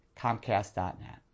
Comcast.net